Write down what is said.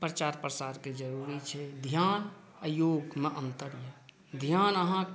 प्रचार प्रसार के जरुरी छै ध्यान आ योग मे अंतर अहि ध्यान अहाँ